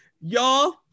Y'all